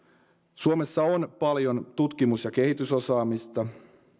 suomessa on paljon tutkimus ja kehitysosaamista